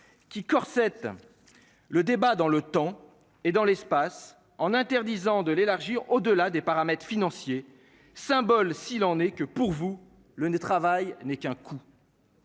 qui Corse cette. Le débat dans le temps et dans l'espace en interdisant de l'élargir au-delà des paramètres financiers symbole s'il en est que pour vous le nez travail n'est qu'un coup.